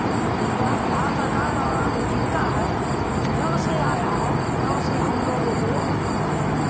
तो यह बिहार सरकार द्वारा जो जीवका है जब से आया है तब से हम लोगों को